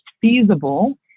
feasible